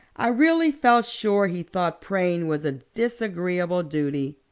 i really felt sure he thought praying was a disagreeable duty.